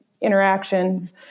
interactions